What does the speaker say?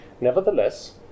Nevertheless